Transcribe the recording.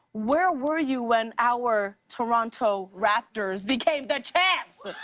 where were you when our toronto raptors became the champs?